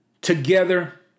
together